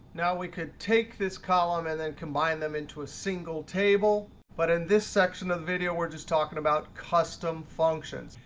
now we could take this column and then combine them into a single table, but in this section of the video, we're just talking about custom functions.